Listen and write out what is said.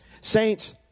Saints